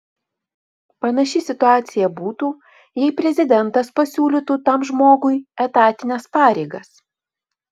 panaši situacija būtų jei prezidentas pasiūlytų tam žmogui etatines pareigas